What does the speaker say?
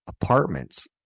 apartments